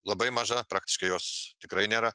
labai maža praktiškai jos tikrai nėra